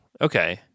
okay